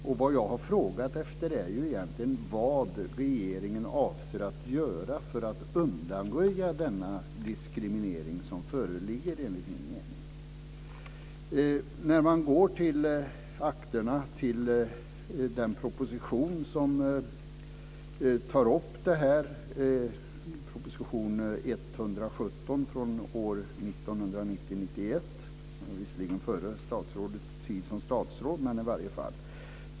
Det jag egentligen frågade efter är ju vad regeringen avser att göra för att undanröja den diskriminering som föreligger enligt min mening. Man kan gå till akterna och till den proposition som tar upp detta. Det är proposition 117 från år 1990/91. Det var visserligen före statsrådets tid som statsråd, men i alla fall.